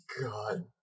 God